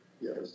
yes